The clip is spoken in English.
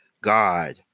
God